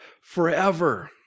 forever